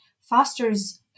fosters